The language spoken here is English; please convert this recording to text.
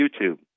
YouTube